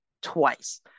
twice